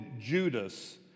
Judas